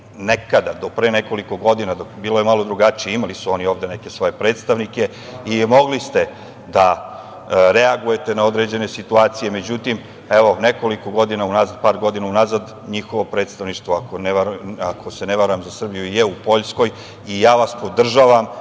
i vi do pre nekoliko godina je bilo malo drugačije. Imali su oni ovde neke svoje predstavnike i mogli ste da reagujete na određene situacije. Međutim, nekoliko godina unazad njihovo predstavništva, ako se ne varam, za Srbiju je u Poljskoj i podržavam